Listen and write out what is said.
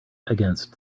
against